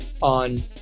on